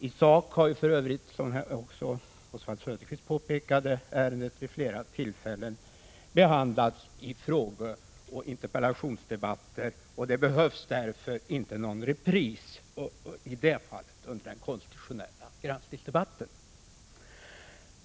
Ärendet har för Övrigt, som också Oswald Söderqvist påpekade, vid flera tillfällen behandlats i frågeoch interpellationsdebatter. Det behövs därför ingen repris därvidlag under den konstitutionella granskningsdebatten.